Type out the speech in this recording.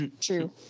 True